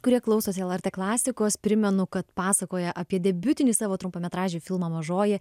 kurie klausosi lrt klasikos primenu kad pasakoja apie debiutinį savo trumpametražį filmą mažoji